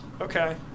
Okay